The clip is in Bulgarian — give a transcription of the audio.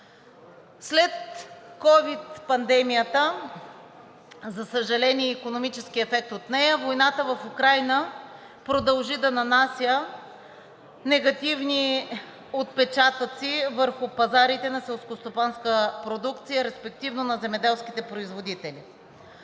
След ковид пандемията, за съжаление, и икономическия ефект от нея войната в Украйна продължи да нанася негативни отпечатъци върху пазарите на селскостопанска продукция, респективно на земеделските производители.